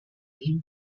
ihm